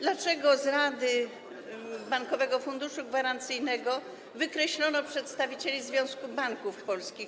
Dlaczego z Rady Bankowego Funduszu Gwarancyjnego wykluczono przedstawicieli Związku Banków Polskich?